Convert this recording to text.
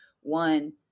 one